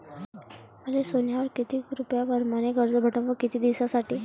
मले सोन्यावर किती रुपया परमाने कर्ज भेटन व किती दिसासाठी?